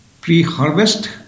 pre-harvest